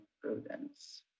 Prudence